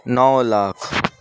نو lakh